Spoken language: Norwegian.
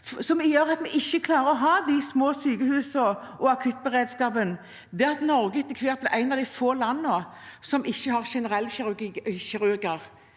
som gjør at vi ikke klarer å ha de små sykehusene og akuttberedskapen, er at Norge etter hvert blir et av få land som ikke har generelle kirurger.